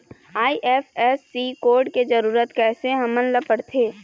IFSC code के जरूरत कैसे हमन ला पड़थे?